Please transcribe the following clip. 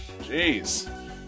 Jeez